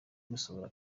gusohora